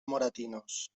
moratinos